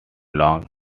long